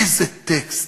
איזה טקסט.